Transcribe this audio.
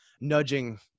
nudging